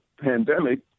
pandemic